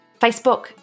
facebook